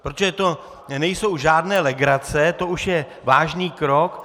Protože to nejsou žádné legrace, to už je vážný krok.